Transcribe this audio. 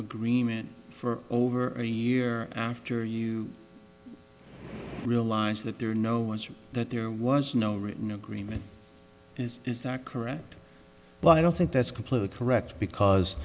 agreement for over a year after you realized that there were no once or that there was no written agreement is is that correct but i don't think that's completely correct because